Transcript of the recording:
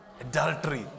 adultery